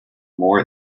more